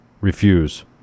refuse